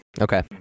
Okay